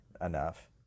enough